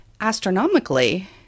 astronomically